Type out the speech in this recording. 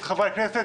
את חברי הכנסת,